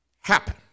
happen